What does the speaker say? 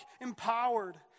empowered